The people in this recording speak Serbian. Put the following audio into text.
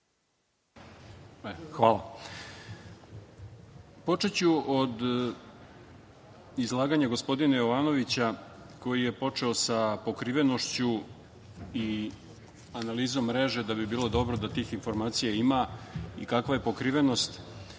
Hvala. Počeću od izlaganja gospodina Jovanovića koji je počeo sa pokrivenošću i analizom mreže, da bi bilo dobro da tih informacija ima i kakva je pokrivenost.